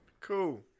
Cool